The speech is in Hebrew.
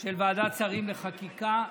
של ועדת שרים לחקיקה.